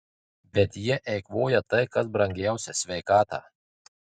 bet jie eikvoja tai kas brangiausia sveikatą